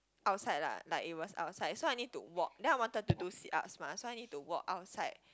outside lah like it was outside so I need to walk then I wanted to do sit ups mah so I need to walk outside